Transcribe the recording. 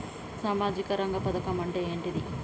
సామాజిక రంగ పథకం అంటే ఏంటిది?